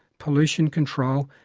pollution control,